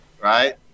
right